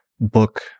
book